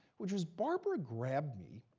which was barbara grabbed me